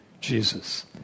Jesus